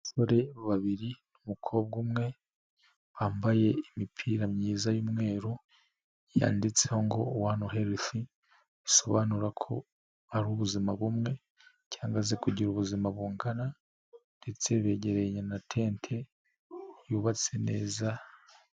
Abasore babiri n'umukobwa umwe, bambaye iyi imipira myiza y'umweru yanditseho ngo wani helifu; asobanura ko ari ubuzima bumwe, cyangwa se kugira ubuzima bungana, ndetse begereye na tente yubatse neza.